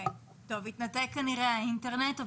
כנראה התנתק האינטרנט.